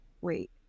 wait